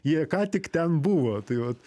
jie ką tik ten buvo tai vat